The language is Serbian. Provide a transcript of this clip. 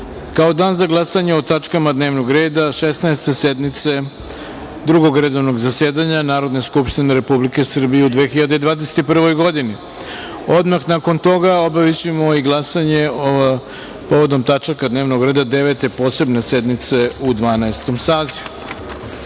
kao dan za glasanje o tačkama dnevnog reda Šesnaeste sednice Drugog redovnog zasedanja Narodne skupštine Republike Srbije u 2021. godini. Odmah nakon toga obavićemo i glasanje povodom tačaka dnevnog reda Devete posebne sednice u Dvanaestom